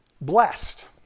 Blessed